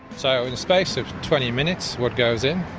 so in the space of twenty minutes, wood goes in